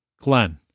Glenn